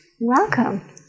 Welcome